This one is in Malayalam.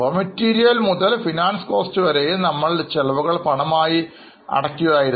അസംസ്കൃതവസ്തുക്കൾ മുതൽ finance cost വരെയും നമ്മൾ ചെലവുകൾ പണമായി അടയ്ക്കുകയായിരുന്നു